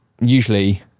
usually